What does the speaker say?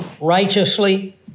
righteously